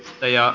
teija